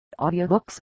audiobooks